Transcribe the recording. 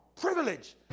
privilege